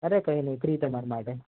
અરે કંઈ નહીં ફ્રી તમારે માટે